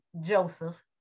Joseph